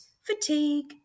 fatigue